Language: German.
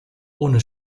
ohne